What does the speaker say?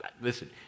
Listen